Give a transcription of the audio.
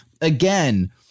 again